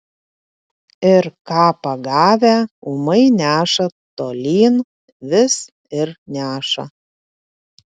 ir ką pagavę ūmai neša tolyn vis ir neša